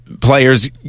players